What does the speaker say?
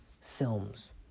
films